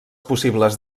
possibles